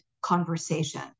conversation